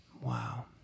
Wow